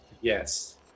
Yes